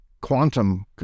quantum